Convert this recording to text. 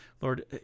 Lord